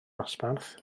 ddosbarth